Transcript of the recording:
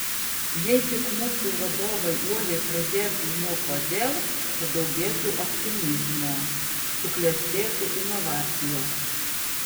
jei tik mūsų vadovai uoliai pradėtų nuo kodėl padaugėtų optimizmo suklestėtų inovacijos